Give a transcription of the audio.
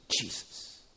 Jesus